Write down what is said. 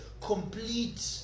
complete